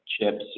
chips